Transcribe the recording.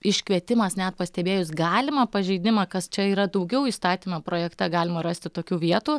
iškvietimas net pastebėjus galimą pažeidimą kas čia yra daugiau įstatymo projekte galima rasti tokių vietų